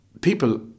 people